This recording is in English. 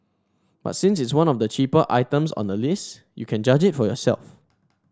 but since it's one of the cheaper items on the list you can judge it for yourself